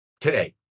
today